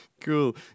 Cool